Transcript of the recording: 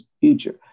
future